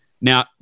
Now